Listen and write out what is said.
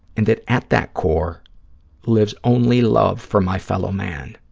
and that at that core lives only love for my fellow man.